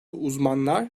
uzmanlar